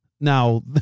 Now